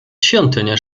świątynię